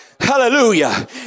Hallelujah